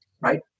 right